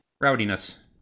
rowdiness